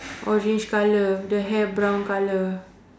orange colour the hair brown colour